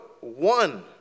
one